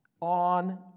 on